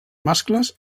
mascles